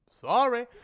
Sorry